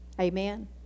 Amen